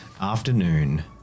afternoon